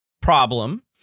problem